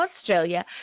Australia